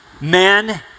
Man